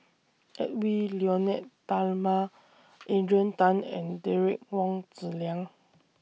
Edwy Lyonet Talma Adrian Tan and Derek Wong Zi Liang